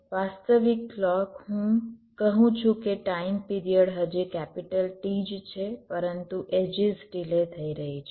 અને વાસ્તવિક ક્લૉક હું કહું છું કે ટાઇમ પિરિયડ હજી T જ છે પરંતુ એડ્જીસ ડિલે થઈ રહી છે